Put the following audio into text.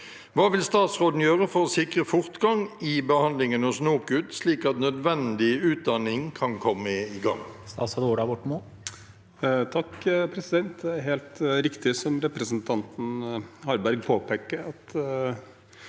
Hva vil statsråden gjøre for å sikre fortgang i behandlingen hos NOKUT slik at nødvendig utdanning kan komme i gang?»